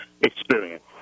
experience